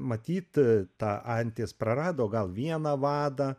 matyt ta antis prarado gal vieną vadą